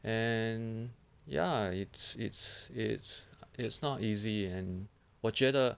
and ya it's it's it's it's not easy and 我觉得